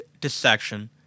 dissection